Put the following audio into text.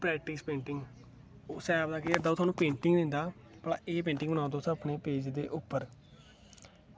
practice painting उस app दा केह् होंदा कि तुआनूं पेंटिंग्स दिंदा कि एह् पेंटिंग बनाओ तुस अपने पेज दे उप्पर